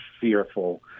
fearful